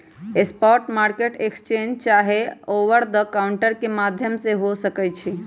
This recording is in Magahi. स्पॉट मार्केट एक्सचेंज चाहे ओवर द काउंटर के माध्यम से हो सकइ छइ